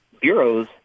bureaus